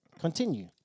continue